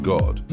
God